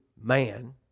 man